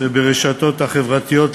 וברשתות החברתיות למיניהן,